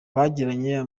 bagiranye